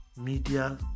media